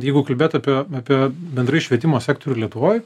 jeigu kalbėt apie apie bendrai švietimo sektorių lietuvoj